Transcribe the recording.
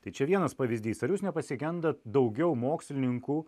tai čia vienas pavyzdys ar jūs nepasigendat daugiau mokslininkų